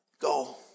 go